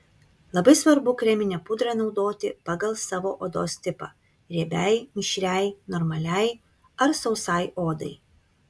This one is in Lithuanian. labai svarbu kreminę pudrą naudoti pagal savo odos tipą riebiai mišriai normaliai ar sausai odai